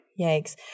Yikes